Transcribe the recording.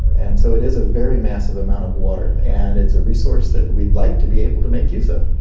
and so it is a very massive amount of water, and it's a resource that we'd like to be able to make use of.